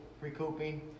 recouping